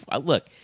Look